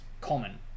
common